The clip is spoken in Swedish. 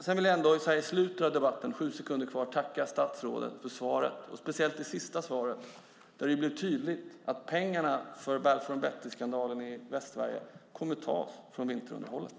Så här i slutet av debatten vill jag ändå tacka statsrådet för svaret, speciellt det sista, där det blev tydligt att pengarna för Balfour Beatty-skandalen i Västsverige kommer att tas från vinterunderhållet.